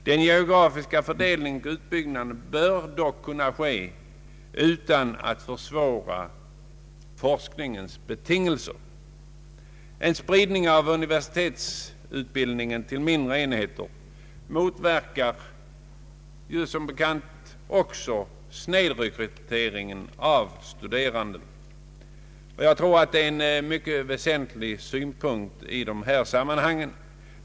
Den geografiska fördelningen av utbyggnaden bör dock kunna ske utan att forskningens betingelser försämras. En spridning av universitetsutbildningen till mindre enheter motverkar som bekant också snedrekryteringen av studerande, och jag tror att det är en mycket väsentlig synpunkt i dessa sammanhang.